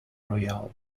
royal